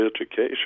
education